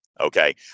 Okay